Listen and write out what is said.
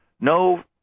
no